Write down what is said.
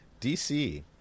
DC